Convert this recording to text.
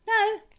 No